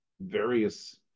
various